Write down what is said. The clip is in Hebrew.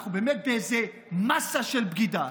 כל הזמן אומרים לנו שאנחנו באמת באיזה מאסה של בגידה,